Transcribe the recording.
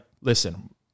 listen